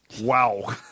Wow